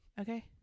okay